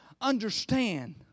understand